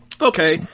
okay